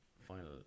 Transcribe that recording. Final